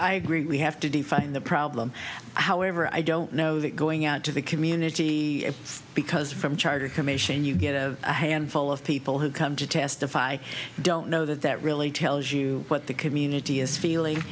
i agree we have to define the problem however i don't know that going out to the community because from charter commission you get a handful of people who come to testify i don't know that that really tells you what the community is feeling